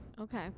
Okay